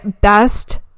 best